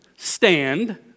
Stand